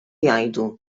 jgħidu